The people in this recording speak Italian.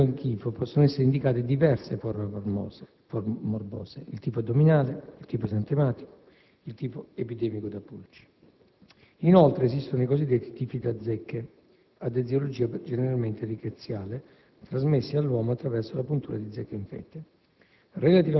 Con il termine «tifo» possono essere indicate diverse forme morbose: il tifo addominale, il tifo esantematico e il tifo epidemico da pulci. Inoltre, esistono i cosiddetti tifi da zecche, ad eziologia generalmente rickettssiale, trasmessi all'uomo attraverso la puntura di zecche infette.